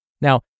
Now